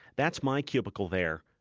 that's my cubicle there,